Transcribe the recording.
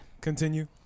Continue